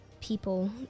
people